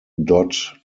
dot